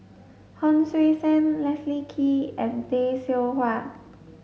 Hon Sui Sen Leslie Kee and Tay Seow Huah